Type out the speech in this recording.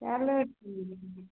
चलो ठीक